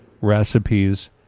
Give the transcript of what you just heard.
recipes